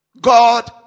God